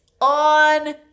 on